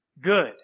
good